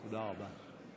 תודה רבה.